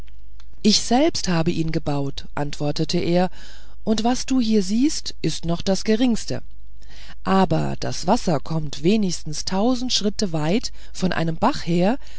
ich selbst habe ihn gebaut antwortete er und das was du hier siehst ist noch das geringste aber das wasser dazu kommt wenigstens schritte weit von einem bach her